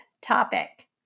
topic